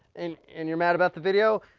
and and, you're mad about the video.